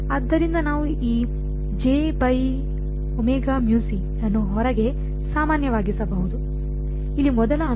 ಆದ್ದರಿಂದ ನಾವು ಈ ಅನ್ನು ಹೊರಗೆ ಸಾಮಾನ್ಯವಾಗಿಸಬಹುದು ಇಲ್ಲಿ ಮೊದಲ ಅಂಶ